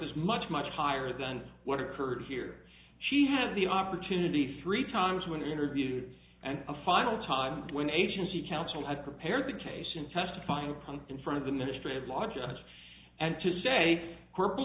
is much much higher than what occurred here she had the opportunity three times when interviewed and a final time when agency counsel had prepared the case in testifying upon in front of the ministry of law judge and to say corporal